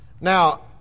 Now